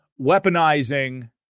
weaponizing